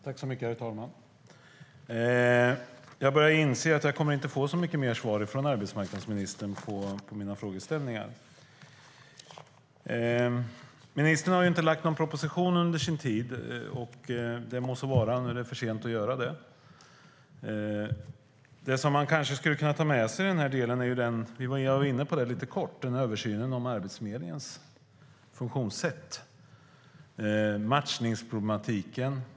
Herr talman! Jag börjar inse att jag inte kommer att få så mycket mer svar från arbetsmarknadsministern på mina frågeställningar. Ministern har inte lagt någon proposition under sin tid. Det må så vara - nu är det för sent att göra det. Det man kanske skulle kunna ta med sig - jag var inne lite kort på det - är en översyn av Arbetsförmedlingens funktionssätt och matchningsproblematiken.